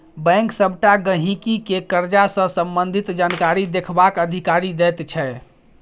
bank सबटा गहिंकी केँ करजा सँ संबंधित जानकारी देखबाक अधिकार दैत छै